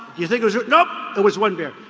you think it was written up. that was one beer.